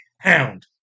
hound